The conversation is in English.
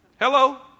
Hello